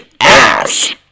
ass